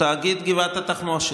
תאגיד גבעת התחמושת.